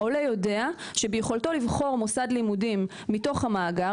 העולה יודע שביכולתו לבחור מוסד לימודים מתוך המאגר,